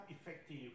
effective